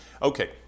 Okay